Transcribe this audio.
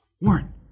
Warren